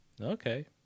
Okay